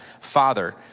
Father